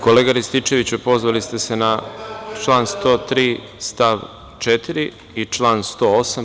Kolega Rističeviću, pozvali ste se na član 103. stav 4. i član 108.